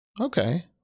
Okay